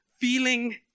feeling